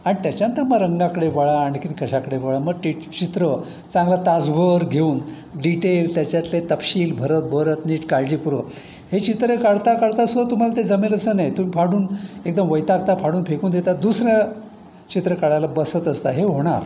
आणि त्याच्यानंतर मग रंगाकडे वळा आणखी कशाकडे वळा मग टि चित्र चांगला तासभर घेऊन डिटेल त्याच्यातले तपशील भरत भरत नीट काळजीपूर्वक हे चित्र काढता काढता सो तुम्हाला ते जमेल असं नाही तुम्ही फाडून एकदम वैतागता फाडून फेकून देता दुसरं चित्र काढायला बसत असता हे होणार